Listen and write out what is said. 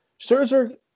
Scherzer